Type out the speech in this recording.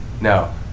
No